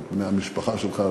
ואת בני המשפחה שלך,